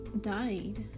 died